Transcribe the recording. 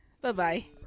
Bye-bye